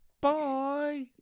Bye